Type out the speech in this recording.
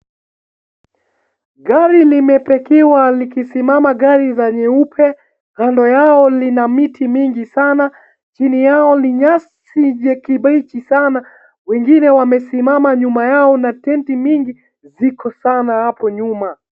Gari limepakiwa zikisimama gari za nyeupe. Kando yao lina miti mingi sana, chini yao ni nyasi ya kibichi sana. Wengine wamesimama nyuma yao na tenti mingi ziko sana hapo nyuma.